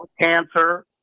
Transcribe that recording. cancer